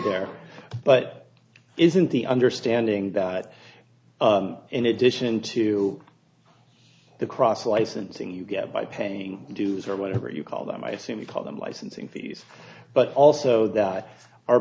there but isn't the understanding that in addition to the cross licensing you get by paying dues or whatever you call them i assume you call them licensing fees but also there are